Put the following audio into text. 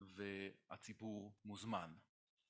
והציבור מוזמן.